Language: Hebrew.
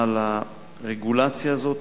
על הרגולציה הזאת,